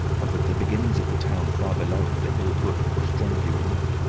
and that the beginnings of the town far below at the hill foot were strangely remote.